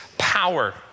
power